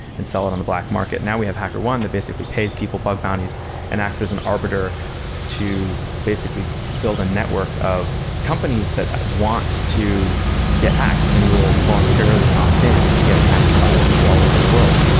and sell it on the black market. now we have hackerone that basically pays people bug bounties and access as an arbiter to basically build a network of companies that want to get hacked and will voluntarily opt in to getting hacked by people all around the world,